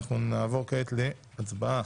אנחנו נעבור כעת להצבעה.